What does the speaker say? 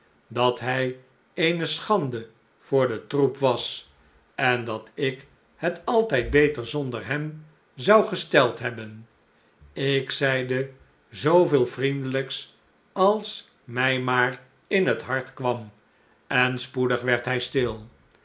dat hij eene schande voor den troep was en dat ik het altijd beter zonder hem zou gesteld hebben ik zeide zooveel vriendelijks als mij maar in het hart kwam en spoedig werd hij stil